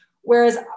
Whereas